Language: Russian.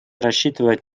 рассчитывать